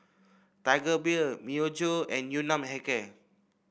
Tiger Beer Myojo and Yun Nam Hair Care